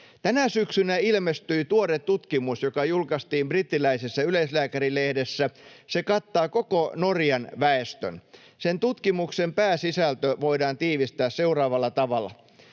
Tänä syksynä ilmestyi tuore tutkimus, joka julkaistiin brittiläisessä yleislääkärilehdessä. Se kattaa koko Norjan väestön. Sen tutkimuksen pääsisältö voidaan tiivistää seuraavalla tavalla: